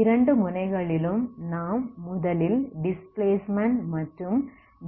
இரண்டு முனைகளிலும் நாம் முதலில் டிஸ்பிளேஸ்ட்மென்ட் மற்றும்